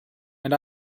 and